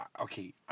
Okay